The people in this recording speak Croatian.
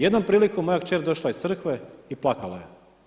Jednom prilikom, moja kćer je došla iz crkve i plakala je.